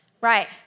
Right